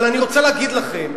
אבל אני רוצה להגיד לכם,